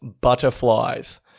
butterflies